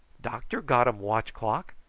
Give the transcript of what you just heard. doctor got um watch clock.